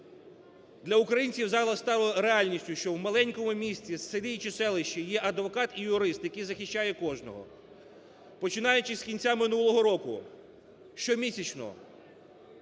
Для українців зараз стало реальністю, що у маленькому місті, селі чи селищі є адвокат і юрист, який захищає кожного. Починаючи з кінця минулого року, щомісячно